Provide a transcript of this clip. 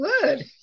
good